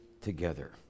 together